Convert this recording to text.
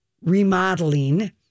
remodeling